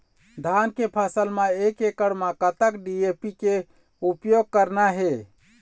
धान के फसल म एक एकड़ म कतक डी.ए.पी के उपयोग करना हे?